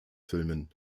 filmen